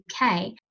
UK